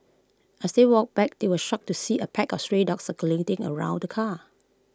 as they walked back they were shocked to see A pack of stray dogs circling around the car